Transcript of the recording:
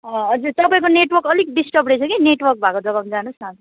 ह हजुर तपाईँको नेटवर्क अलिक डिस्टर्ब रहेछ कि नेटवर्क भएको जग्गामा जानुहोस् न